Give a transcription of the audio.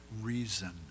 reason